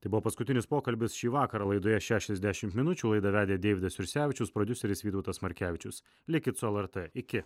tai buvo paskutinis pokalbis šį vakarą laidoje šešiasdešimt minučių laidą vedė deividas jursevičius prodiuseris vytautas markevičius likit su lrt iki